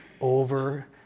over